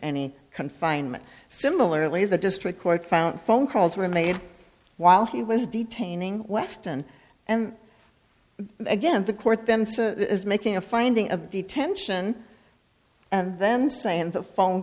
any confinement similarly the district court found phone calls were made while he was detaining weston and again the court then is making a finding of detention and then saying the phone